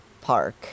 Park